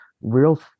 real